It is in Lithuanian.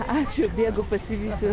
ačiū bėgu pasivysiu